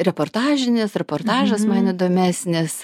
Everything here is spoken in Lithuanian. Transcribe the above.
reportažinis reportažas man įdomesnis